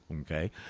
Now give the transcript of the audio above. okay